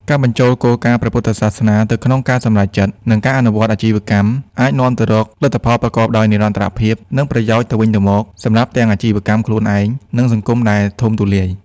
ការបញ្ចូលគោលការណ៍ព្រះពុទ្ធសាសនាទៅក្នុងការសម្រេចចិត្ត និងការអនុវត្តអាជីវកម្ម អាចនាំទៅរកលទ្ធផលប្រកបដោយនិរន្តរភាព និងប្រយោជន៍ទៅវិញទៅមកសម្រាប់ទាំងអាជីវកម្មខ្លួនឯង និងសង្គមដែលធំទូលាយ។